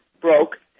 broke